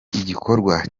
igikorwa